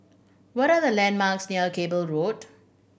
what are the landmarks near Cable Road